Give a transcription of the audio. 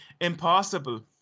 impossible